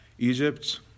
Egypt